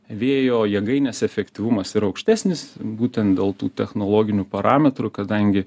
vėjo jėgainės efektyvumas ir aukštesnis būtent dėl tų technologinių parametrų kadangi